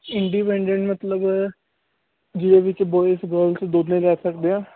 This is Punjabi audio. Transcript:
ਇੰਡੀਪੈਂਡੈਂਟ ਮਤਲਬ ਜਿਹਦੇ ਵਿੱਚ ਬੋਇਸ ਗਰਲਸ ਦੋਵੇਂ ਰਹਿ ਸਕਦੇ ਆ